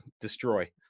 destroy